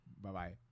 Bye-bye